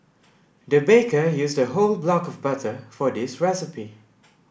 the baker used a whole block of butter for this recipe